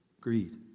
greed